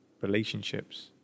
relationships